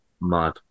mad